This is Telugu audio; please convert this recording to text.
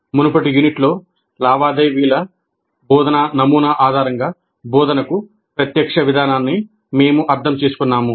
మునుపటి యూనిట్లో లావాదేవీల బోధనా నమూనా ఆధారంగా బోధనకు ప్రత్యక్ష విధానాన్ని మేము అర్థం చేసుకున్నాము